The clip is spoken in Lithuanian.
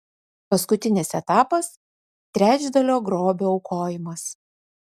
paskutinis etapas trečdalio grobio aukojimas